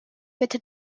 bitte